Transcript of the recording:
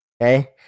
okay